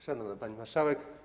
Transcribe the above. Szanowna Pani Marszałek!